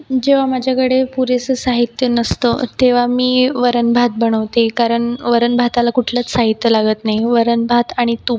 जेव्हा माझ्याकडे पुरेसं साहित्य नसतं तेव्हा मी वरण भात बनवते कारण वरण भाताला कुठलंच साहित्य लागत नाही वरण भात आणि तूप